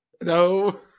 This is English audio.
No